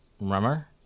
rummer